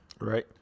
Right